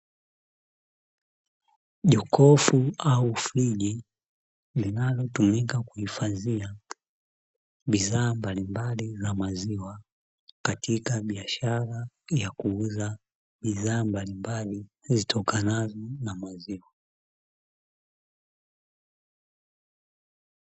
Jokofu au friji linalotumika kuhifadhia bidhaa mbalimbali za maziwa, katika biashara ya kuuza bidhaa mbalimbali zitokanazo na maziwa.